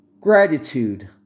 Gratitude